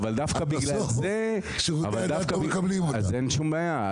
אבל דווקא בגלל זה אין שום בעיה,